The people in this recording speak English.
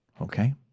okay